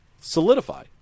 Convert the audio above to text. solidify